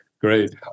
Great